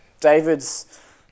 David's